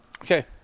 Okay